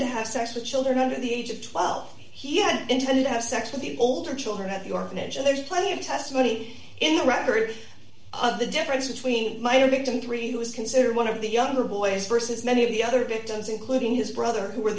to have sex with children under the age of twelve he had intended to have sex with the older children at your niche and there's plenty of testimony in the record of the difference between might or victim three who is considered one of the younger boys versus many of the other victims including his brother who